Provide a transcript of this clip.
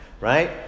Right